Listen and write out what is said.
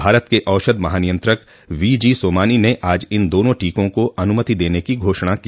भारत के औषध महानियंत्रक वी जी सोमानी ने आज इन दोनों टीकों को अनुमति दने की घोषणा की